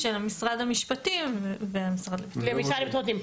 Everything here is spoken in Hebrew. של משרד המשפטים והמשרד לביטחון הפנים.